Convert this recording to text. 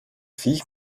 viech